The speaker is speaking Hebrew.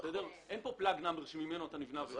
יש לך נוסחה